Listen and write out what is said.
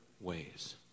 ways